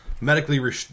medically